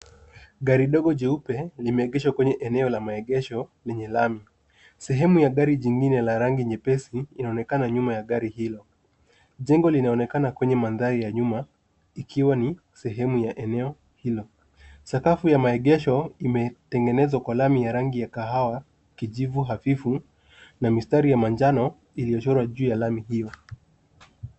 Gari dogo jeupe, limeegeshwa kwenye eneo la maegesho yenye lami. Sehemu ya gari jingine la rangi nyepesi inaonekana nyuma ya gari hilo. Jengo linaonekana kwenye mandhari ya nyuma ikiwa ni sehemu ya eneo hilo. Sakafu ya maegesho, imetengenezwa kwa lami ya rangi ya kahawa, kijivu hafifu na mistari ya manjano iliyochorwa juu ya lami hiyo.